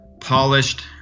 polished